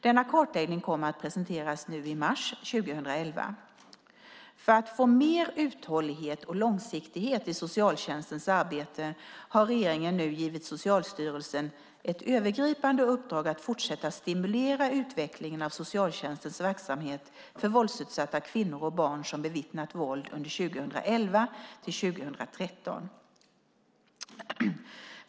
Denna kartläggning kommer att presenteras nu i mars 2011. För att få mer uthållighet och långsiktighet i socialtjänstens arbete har regeringen nu givit Socialstyrelsen ett övergripande uppdrag att fortsätta stimulera utvecklingen av socialtjänstens verksamhet för våldsutsatta kvinnor och barn som bevittnar våld under 2011-2013.